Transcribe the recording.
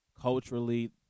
culturally